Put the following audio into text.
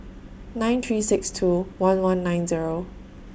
nine three six two one one nine Zero